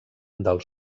del